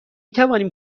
توانیم